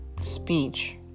speech